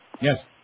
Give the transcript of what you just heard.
Yes